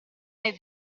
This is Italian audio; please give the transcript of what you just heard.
nei